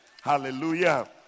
Hallelujah